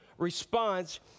response